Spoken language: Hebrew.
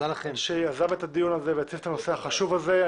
שיזם את הדיון והציף את הנושא החשוב הזה.